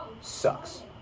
sucks